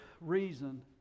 reason